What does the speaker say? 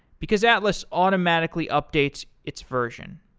because atlas automatically updates its version.